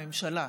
ממשלה,